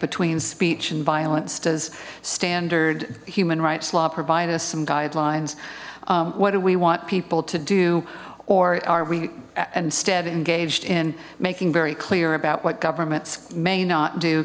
between speech and violence does standard human rights law provide us some guidelines what do we want people to do or are we instead engaged in making very clear about what governments may not do